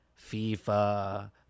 FIFA